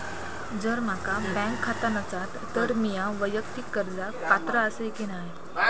जर माझा बँक खाता नसात तर मीया वैयक्तिक कर्जाक पात्र आसय की नाय?